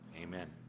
amen